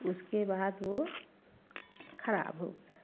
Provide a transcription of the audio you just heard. उसके बाद वह ख़राब हो गया